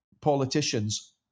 politicians